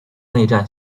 内战